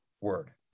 word